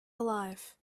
alive